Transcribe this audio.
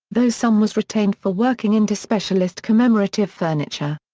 though some was retained for working into specialist commemorative furniture.